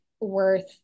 worth